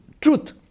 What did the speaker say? Truth